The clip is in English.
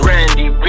Randy